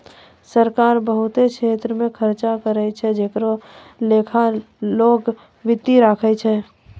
सरकार बहुत छेत्र मे खर्चा करै छै जेकरो लेखा लोक वित्त राखै छै